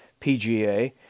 PGA